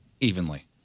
evenly